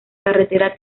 carretera